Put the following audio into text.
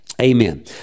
amen